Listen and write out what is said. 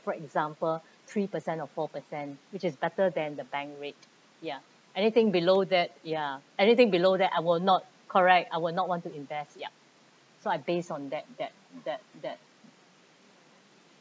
for example three percent or four percent which is better than the bank rate ya anything below that ya anything below that I will not correct I will not want to invest ya so I base on that that that that